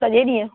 सॼे ॾीहुं